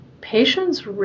patients